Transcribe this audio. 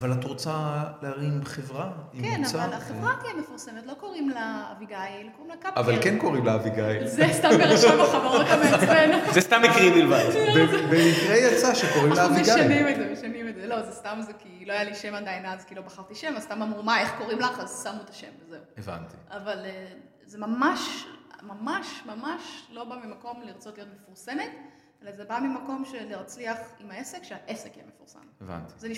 אבל את רוצה להרים חברה? כן, אבל החברה תהיה מפורסמת, לא קוראים לה אביגיל, קוראים לה קאפקרן. אבל כן קוראים לה אביגיל. זה סתם ברשם החברות המעצבן. זה סתם מקרי בלבד. במקרה יצא שקוראים לה אביגיל. אנחנו משנים את זה, משנים את זה. לא, זה סתם כי לא היה לי שם עדיין גם אז, כי לא בחרתי שם, אז סתם אמרו מה איך קוראים לך? אז שמו את השם וזהו. הבנתי. אבל זה ממש ממש ממש לא בא ממקום לרצות להיות מפורסמת, אלא זה בא ממקום של להצליח עם העסק, שהעסק יהיה מפורסם.